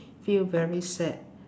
feel very sad